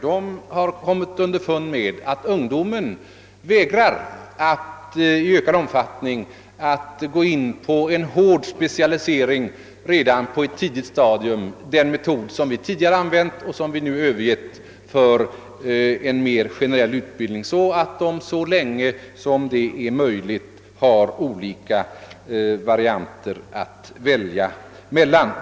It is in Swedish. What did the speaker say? De har kommit underfund med att ungdomen i ökad omfattning vägrar att gå in för en hård specialisering på ett tidigt stadium — den metod som vi tidigare använt och nu övergivit för en mer generell utbildning, så att ungdomarna så länge som möjligt har olika varianter att välja mellan.